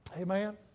amen